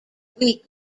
week